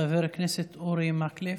חבר הכנסת אורי מקלב.